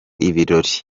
ibirori